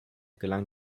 gelang